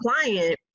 client